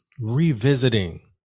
Revisiting